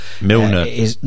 Milner